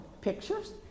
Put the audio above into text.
pictures